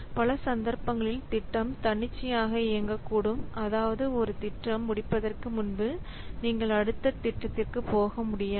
பல சந்தர்ப்பங்களில் திட்டம் தன்னிச்சையாக இயங்க கூடும் அதாவது ஒரு திட்டம் முடிப்பதற்கு முன்பு நீங்கள் அடுத்த திட்டத்திற்கு போக முடியாது